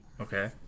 okay